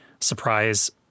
surprise